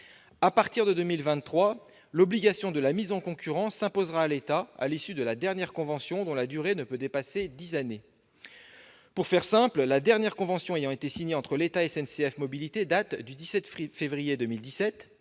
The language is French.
À partir de 2023, l'obligation de mise en concurrence s'imposera à lui à l'issue de la dernière convention, dont la durée ne peut dépasser dix ans. La dernière convention signée entre l'État et SNCF Mobilités date du 17 février 2017